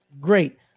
great